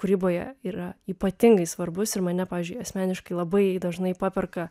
kūryboje yra ypatingai svarbus ir mane pavyzdžiui asmeniškai labai dažnai paperka